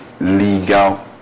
legal